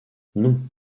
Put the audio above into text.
non